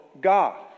God